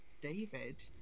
David